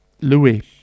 Louis